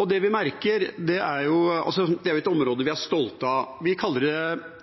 Dette er jo et område vi er stolte av, vi kaller det «Europas siste villmark» mange ganger, og så sier vi at det skal være det området i Norge som skal være renest, det